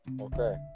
Okay